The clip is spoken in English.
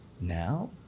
Now